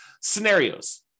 scenarios